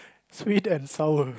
sweet and sour